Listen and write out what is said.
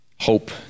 hope